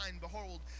Behold